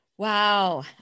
Wow